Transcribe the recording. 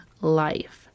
life